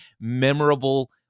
memorable